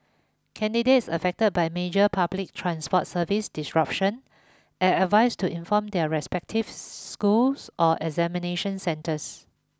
candidates affected by major public transport service disruption are advised to inform their respective schools or examination centres